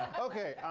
ok.